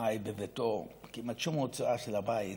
חי בביתו, כמעט שום הוצאה של הבית